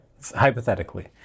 Hypothetically